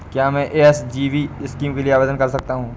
क्या मैं SGB scheme के लिए आवेदन कर सकता हूँ?